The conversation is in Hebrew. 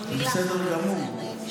זה בסדר גמור.